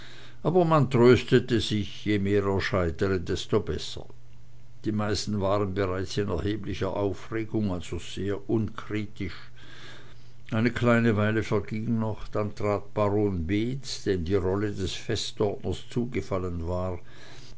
aber man tröstete sich je mehr er scheitere desto besser die meisten waren bereits in erheblicher aufregung also sehr unkritisch eine kleine weile verging noch dann bat baron beetz dem die rolle des festordners zugefallen war